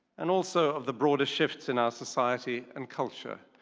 and also of the broader shifts in our society and culture.